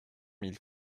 mille